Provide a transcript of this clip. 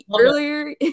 earlier